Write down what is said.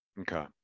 Okay